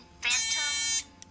Phantom